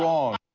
wrong.